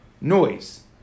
noise